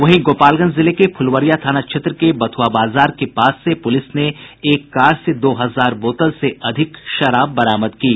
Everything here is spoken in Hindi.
वहीं गोपालगंज जिले के फुलवरिया थाना क्षेत्र के बथुआ बाजार के पास से पुलिस ने एक कार से दो हजार बोतल से अधिक शराब बरामद की है